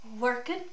working